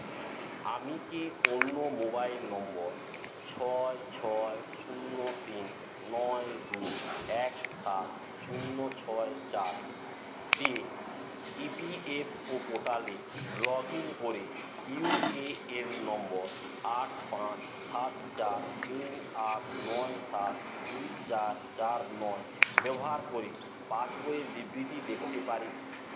আমি কি অন্য মোবাইল নম্বর ছয় ছয় শূন্য তিন নয় দুই এক সাত শূন্য ছয় চার দিয়ে ই পি এফ ও পোটালে লগ ইন করে ইউ এ এন নম্বর আট পাঁচ সাত চার তিন আট নয় সাত দুই চার চার নয় ব্যবহার করে পাসবইয়ের বিবৃতি দেখতে পারি